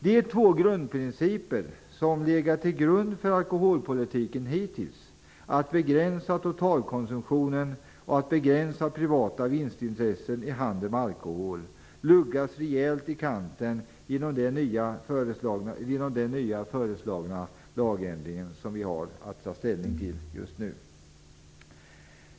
De två principer som legat till grund för alkoholpolitiken hittills - att begränsa totalkonsumtionen och att begränsa privata vinstintressen i handeln med alkohol - luggas rejält i kanten genom den lagändring som vi nu har att ta ställning till.